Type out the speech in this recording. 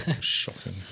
Shocking